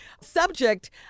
Subject